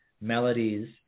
melodies